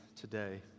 today